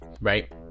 Right